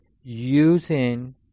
using